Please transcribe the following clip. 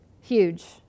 Huge